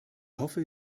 hoffe